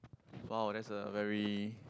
!wow! that's a very